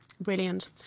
Brilliant